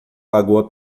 lagoa